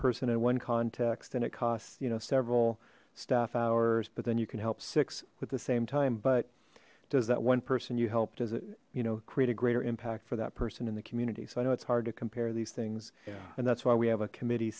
person in one context and it costs you know several staff hours but then you can help six at the same time but does that one person you help does it you know create a greater impact for that person in the community so i know it's hard to compare these things and that's why we have a committee